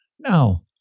Now